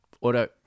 Auto